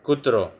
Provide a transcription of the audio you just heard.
કૂતરો